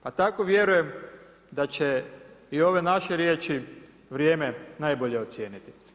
Pa tako vjerujem da će i ove naše riječi, vrijeme najbolje ocijeniti.